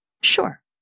Sure